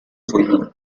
for